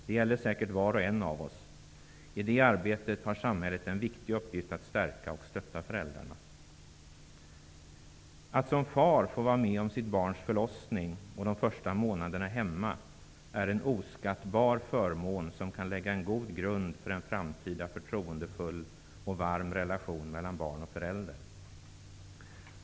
Det gäller säkert var och en av oss. I det arbetet har samhället en viktig uppgift att stärka och stötta föräldrarna. Att som far få vara med om sitt barns födelse och de första månaderna hemma är en oskattbar förmån som kan lägga en god grund för en framtida förtroendefull och varm relation mellan barn och förälder.